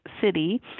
city